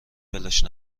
ولش